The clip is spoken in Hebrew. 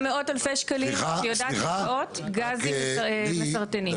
מאות אלפי שקלים ויודעת לראות גזים מסרטנים.